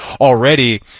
already